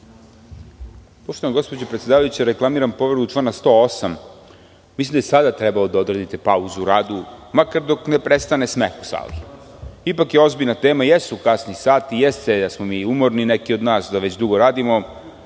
Gospođo predsedavajuća, reklamiram povredu člana 108.Mislim da je sada trebalo da odredite pauzu u radu, makar dok ne prestane smeh u sali. Ipak je ozbiljna tema. Jesu kasni sati, jeste da smo mi umorni, neki od nas već dugo rade,